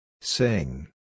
Sing